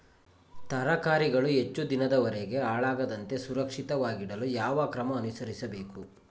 ತರಕಾರಿಗಳು ಹೆಚ್ಚು ದಿನದವರೆಗೆ ಹಾಳಾಗದಂತೆ ಸುರಕ್ಷಿತವಾಗಿಡಲು ಯಾವ ಕ್ರಮ ಅನುಸರಿಸಬೇಕು?